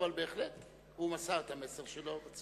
אבל בהחלט הוא מסר את המסר שלו.